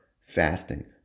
fasting